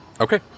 Okay